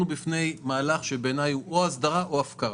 אנחנו בפני הסדרה או הפקרה,